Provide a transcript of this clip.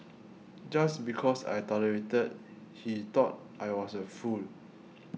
just because I tolerated he thought I was a fool